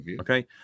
Okay